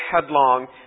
headlong